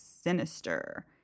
sinister